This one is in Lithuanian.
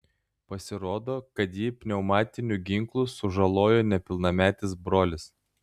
pasirodo kad jį pneumatiniu ginklu sužalojo nepilnametis brolis